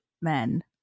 men